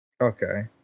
Okay